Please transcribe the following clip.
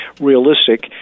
realistic